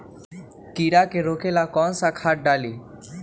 कीड़ा के रोक ला कौन सा खाद्य डाली?